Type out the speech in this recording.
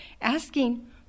asking